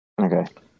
Okay